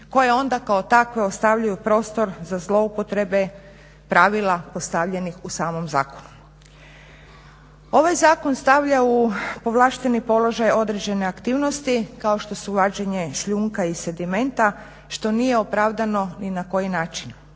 koje onda kao takve ostavljaju prostor za zloupotrebe pravila postavljenih u samom zakonu. Ovaj zakon stavlja u povlašteni položaj određene aktivnosti kao što su vađenje šljunka i sedimenta što nije opravdano ni na koji način.